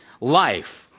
life